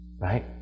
right